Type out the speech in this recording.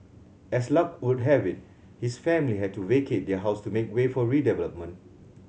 as luck would have it his family had to vacate their house to make way for redevelopment